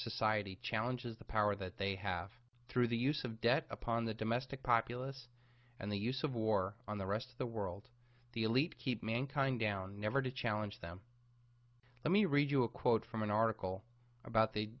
society challenges the power that they have through the use of debt upon the domestic populace and the use of war on the rest of the world the elite keep mankind down never to challenge them let me read you a quote from an article about the